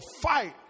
fight